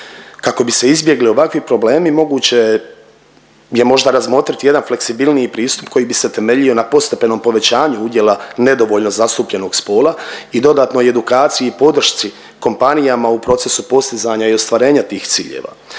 Kako bi se izbjegli ovakvi problemi, moguće je možda razmotriti jedan fleksibilniji pristup koji bi se temeljio na postepenom povećanju udjela nedovoljno zastupljenog spola i dodatno i edukaciji i podršci kompanijama u procesu postizanja i ostvarenja tih ciljeva.